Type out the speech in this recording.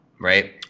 right